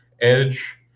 edge